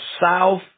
south